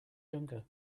younger